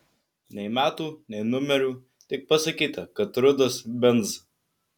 nei metų nei numerių tik pasakyta kad rudas benz